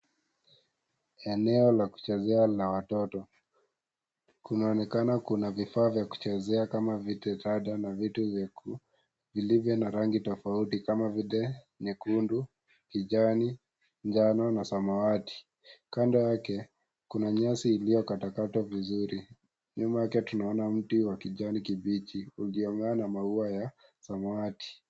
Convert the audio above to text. Eneo la kuchezea la watoto linaonekana kuna vifaa vya kuchezea kama vitakadha na vitu vilivyo na rangi tofauti kama vile nyekundu, kijani, njano na samawati kando yake kuna nyasi iliyo katakatwa vizuri, nyuma yake tunaona miti wa kijani kibichi uliong'aa na maua ya samawati .